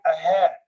ahead